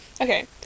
Okay